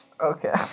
Okay